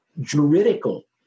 juridical